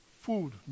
Food